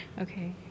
Okay